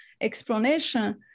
explanation